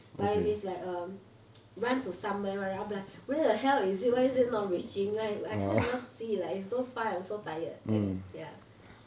but if it's like um run to somewhere [one] right I'll be like where the hell is it why is it not reaching like I can't even see it's so far I'm so tired like that ya